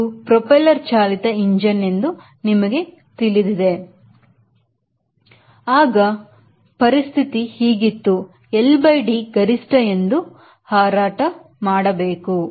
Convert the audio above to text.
ಅದು ಪ್ರಫೈಲರ್ ಚಾಲಿತ ಇಂಜಿನ್ ಎಂದು ನಿಮಗೆ ತಿಳಿದಿದೆ ಆಗ ಪರಿಸ್ಥಿತಿ ಹೀಗಿತ್ತು LD ಗರಿಷ್ಟ ಎಂದು ಹೋರಾಟ ಮಾಡಬೇಕು